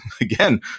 again